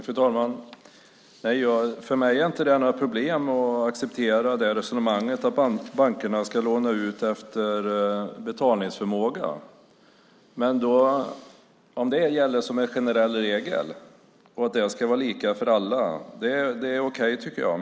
Fru talman! För mig är det inte något problem att acceptera resonemanget att bankerna ska låna ut efter kundernas betalningsförmåga. Om det gäller som en generell regel och är lika för alla är det okej, tycker jag.